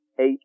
Eight